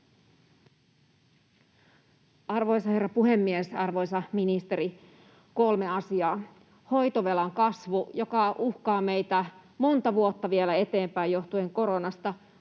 Arvoisa herra puhemies! Arvoisa ministeri, kolme asiaa: Hoitovelan kasvu, joka uhkaa meitä vielä monta vuotta eteenpäin johtuen koronasta.